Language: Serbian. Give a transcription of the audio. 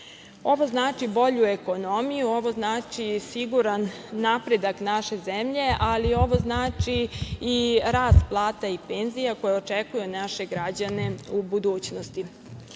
znači bolju ekonomiju, ovo znači siguran napredak naše zemlje, ali ovo znači i rast plata i penzija koje očekuje naše građane u budućnosti.